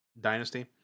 dynasty